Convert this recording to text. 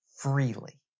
freely